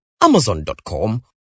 Amazon.com